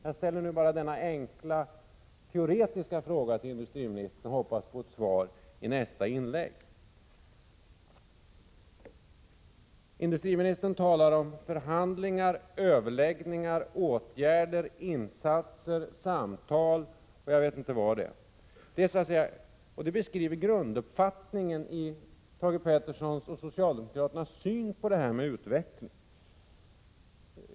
Jag ställer bara denna enkla teoretiska fråga till industriministern och hoppas få ett svar i nästa inlägg. Industriministern talar om förhandlingar, överläggningar, åtgärder, insatser, samtal och jag vet inte vad. Det beskriver grunduppfattningen i Thage Petersons och socialdemokraternas syn på utvecklingen.